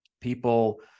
people